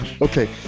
Okay